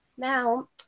Now